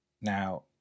Now